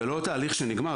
זה לא תהליך שנגמר,